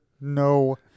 no